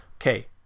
okay